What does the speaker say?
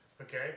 Okay